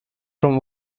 from